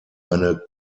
eine